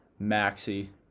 maxi